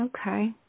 Okay